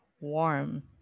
warm